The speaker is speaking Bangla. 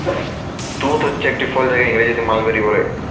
তুঁত হচ্ছে একটি ফল যাকে ইংরেজিতে মালবেরি বলে